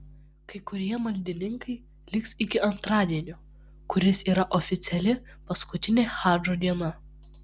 kai kurie maldininkai liks iki antradienio kuris yra oficiali paskutinė hadžo diena